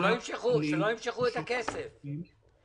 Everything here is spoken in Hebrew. תבואו בצורה מדורגת יותר, הגיונית יותר.